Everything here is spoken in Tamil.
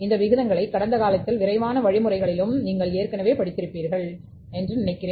இந்த விகிதங்களை கடந்த காலத்திலும் விரிவான வழிமுறைகளிலும் நீங்கள் ஏற்கனவே படித்திருப்பீர்கள் என்று நினைக்கிறேன்